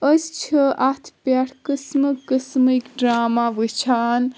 أسۍ چھِ اَتھ پٮ۪ٹھ قٕسمہٕ قٕسمٕکۍ ڈراما وٕچھان